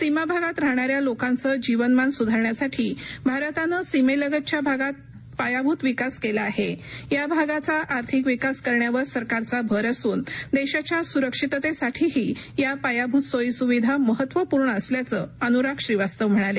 सीमा भागात राहणाऱ्या लोकांचं जीवनमान सुधारण्यासाठी भारतानं सीमेलगतच्या भागात पायाभूत विकास केला आहे या भागाचा आर्थिक विकास करण्यावर सरकारचा भर असून देशाच्या सुरक्षिततेसाठीही या पायाभूत सोयी सुविधा महत्त्वपूर्ण असल्याचं अनुराग श्रीवास्तव म्हणाले